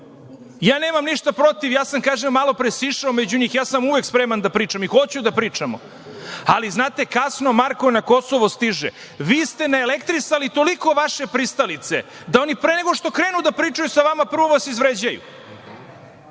Nemam ništa protiv, kažem, malopre sam sišao među njih i uvek sam spreman da pričam i hoću da pričamo, ali znate, kasno Marko na Kosovo stiže. Vi ste naelektrisali toliko vaše pristalice da oni pre nego što krenu da pričaju sa vama prvo vas izvređaju